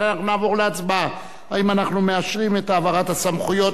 לכן אנחנו נעבור להצבעה אם אנחנו מאשרים את העברת הסמכויות